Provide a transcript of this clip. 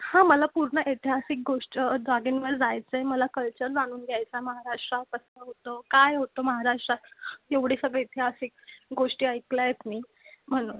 हां मला पूर्ण एतिहासिक गोष्ट जागेंमए जायचं आहे मला कल्चर जाणून घ्यायचं आहे महाराष्ट्राबद्दलचं काय होतं महाराष्ट्रात एवढे सगळे ऐतिहासिक गोष्टी ऐकल्या आहेत मी म्हणून